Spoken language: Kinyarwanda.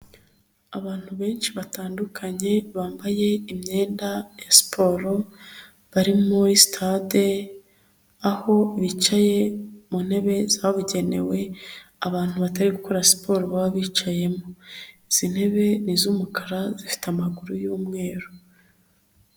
Abantu benshi batandukanye bambaye imyenda ya siporo bari muri sitade, aho bicaye mu ntebe zabugenewe abantu batari gukora siporo baba bicayemo, izi ntebe ni iz'umukara zifite amaguru y'umweru.